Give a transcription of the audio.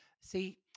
See